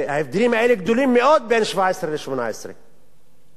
ההבדלים האלה בין 17 ל-18 גדולים מאוד.